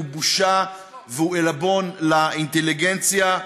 זה בושה ועלבון לאינטליגנציה.